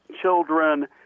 children